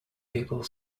people